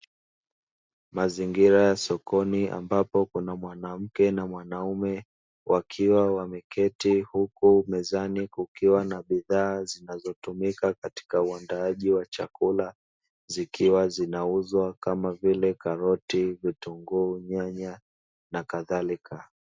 Mazingira ya sokoni ambapo kuna mwanamke na mwanaume wakiwa wameketi huku mezani kukiwa na bidhaa zinazotumika katika uandaaji wa chakula zikiwa zinauzwa kama vile karoti, vitunguu, nyanya na kadhalika.